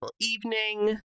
evening